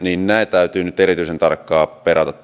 täytyy nyt erityisen tarkkaan perata